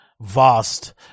vast